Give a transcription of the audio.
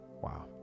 wow